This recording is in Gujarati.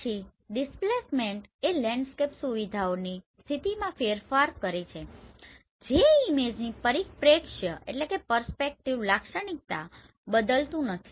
પછી ડિસ્પ્લેસમેન્ટ એ લેન્ડસ્કેપ સુવિધાઓની સ્થિતિમાં ફેરબદલ છે જે ઈમેજની પરિપ્રેક્ષ્ય લાક્ષણિકતા બદલતું નથી